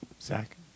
Zach